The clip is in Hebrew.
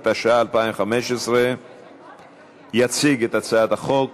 התשע"ה 2015. יציג את הצעת החוק